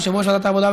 יושב-ראש ועדת העבודה,